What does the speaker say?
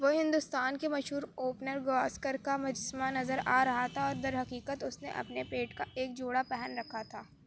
وہ ہندوستان کے مشہور اوپنر گواسکر کا مجسمہ نظر آ رہا تھا اور درحقیقت اس نے اپنے پیڈ کا ایک جوڑا پہن رکھا تھا